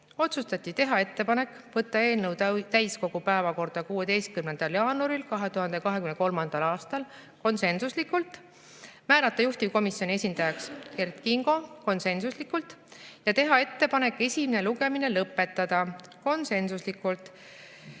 Otsustati teha ettepanek võtta eelnõu täiskogu päevakorda 16. jaanuaril 2023. aastal, konsensuslikult; määrata juhtivkomisjoni esindajaks Kert Kingo, konsensuslikult; ja teha ettepanek esimene lugemine lõpetada, konsensuslikult.